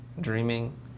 dreaming